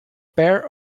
bare